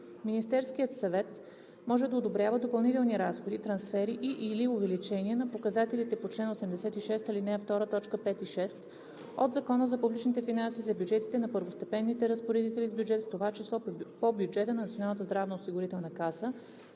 Министерският съвет може да одобрява допълнителни разходи/трансфери и/или увеличения на показателите по чл. 86, ал. 2, т. 5 и 6 от Закона за публичните финанси за бюджетите на първостепенните разпоредители с бюджет, в т.ч. по бюджета на